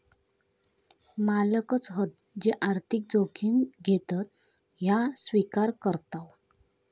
मालकच हत जे आर्थिक जोखिम घेतत ह्या स्विकार करताव